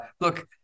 look